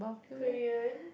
Korean